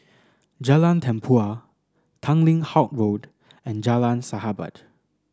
Jalan Tempua Tanglin Halt Road and Jalan Sahabat